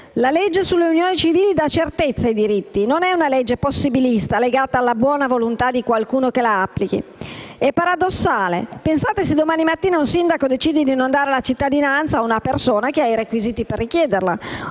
La legge sulle unioni civili dà certezza ai diritti, non è una legge possibilista legata alla buona volontà di qualcuno che la applichi. È paradossale: pensate se domani mattina un sindaco decidesse di non dare la cittadinanza a una persona che ha i requisiti per richiederla